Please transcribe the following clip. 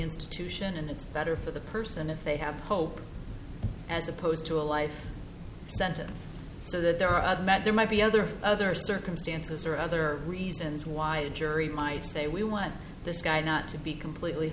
institution and it's better for the person if they have hope as opposed to a life sentence so that there are that there might be other other circumstances or other reasons why a jury might say we want this guy not to be completely